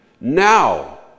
now